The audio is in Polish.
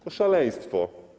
To szaleństwo.